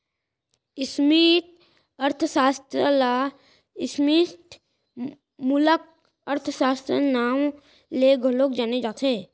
समस्टि अर्थसास्त्र ल समस्टि मूलक अर्थसास्त्र, नांव ले घलौ जाने जाथे